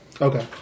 Okay